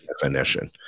definition